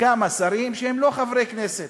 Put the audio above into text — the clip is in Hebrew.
כמה שרים שהם לא חברי כנסת,